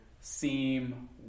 seem